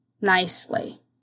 nicely